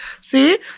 See